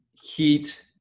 heat